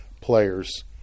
players